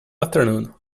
afternoon